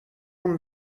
اون